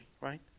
right